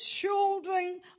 children